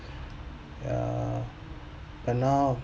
ya but now